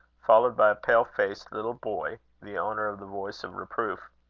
followed by a pale-faced little boy, the owner of the voice of reproof.